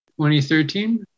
2013